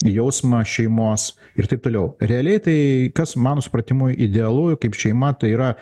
jausmą šeimos ir taip toliau realiai tai kas mano supratimu idealu kaip šeima tai yra